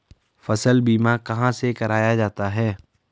फसल बीमा कहाँ से कराया जाता है?